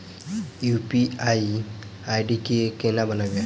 UPI ID केना बनतै?